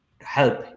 help